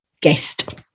guest